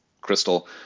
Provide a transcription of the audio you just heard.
crystal